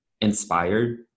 inspired